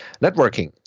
Networking